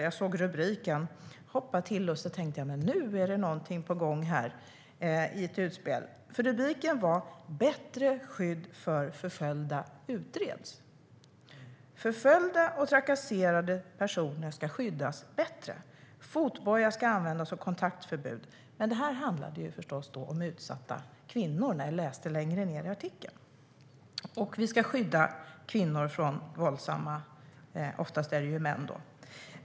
Jag såg rubriken, hoppade till och tänkte: Nu är det något på gång i ett utspel. Rubriken var: "Bättre skydd för förföljda utreds". Det stod att förföljda och trakasserade personer ska skyddas bättre och att fotboja och kontaktförbud ska användas. Men det handlade förstås om utsatta kvinnor, när jag läste längre ned i artikeln. Vi ska skydda kvinnor från våldsamma personer, oftast män.